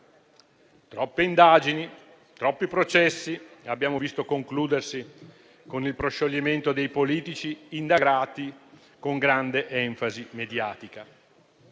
Troppe indagini e troppi processi abbiamo visto concludersi con il proscioglimento dei politici indagati con grande enfasi mediatica.